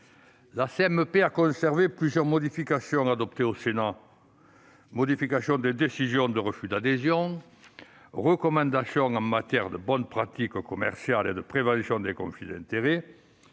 a conservé plusieurs modifications adoptées au Sénat : la notification des décisions de refus d'adhésion, les recommandations en matière de bonnes pratiques commerciales et de prévention des conflits d'intérêts,